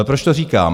Proč to říkám?